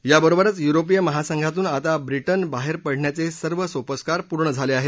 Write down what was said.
याबरोबरच युरोपीय महासंघातून आता ब्रिटन बाहेर पडण्याचे सर्व सोपस्कार पूर्ण झाले आहेत